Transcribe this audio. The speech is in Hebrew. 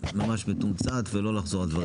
ממש מתומצת ולא לחזור על דברים.